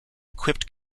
equipped